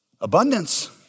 abundance